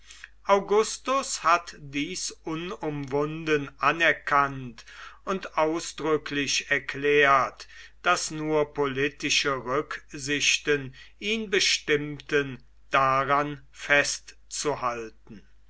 augustus hat dies unumwunden anerkannt und ausdrücklich erklärt daß nur politische rücksichten ihn bestimmten daran festzuhalten